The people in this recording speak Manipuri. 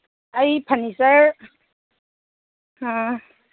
ꯑꯩ ꯐꯅꯤꯆꯔ